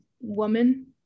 woman